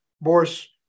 Boris